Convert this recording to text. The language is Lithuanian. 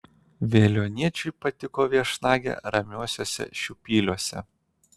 veliuoniečiui patiko viešnagė ramiuosiuose šiupyliuose